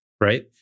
right